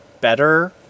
better